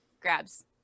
Grabs